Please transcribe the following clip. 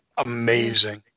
amazing